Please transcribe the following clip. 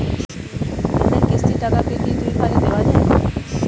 লোনের কিস্তির টাকাকে কি দুই ভাগে দেওয়া যায়?